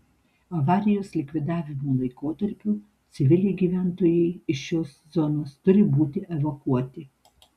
avarijos likvidavimo laikotarpiu civiliai gyventojai iš šios zonos turi būti evakuoti